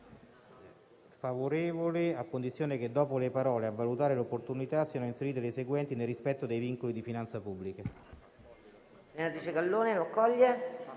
favorevole a condizione che, dopo le parole «a valutare l'opportunità», siano inserite le seguenti «nel rispetto dei vincoli di finanza pubblica».